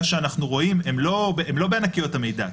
שאנחנו רואים הם לא בענקיות המידע,